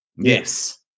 Yes